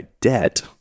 debt